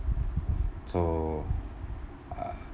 so uh